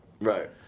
Right